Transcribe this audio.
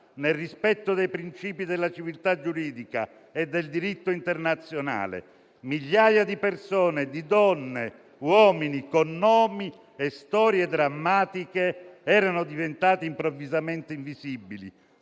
nel rispetto dei principi della civiltà giuridica e del diritto internazionale. Migliaia di persone - donne e uomini con nomi e storie drammatiche - erano diventate improvvisamente invisibili,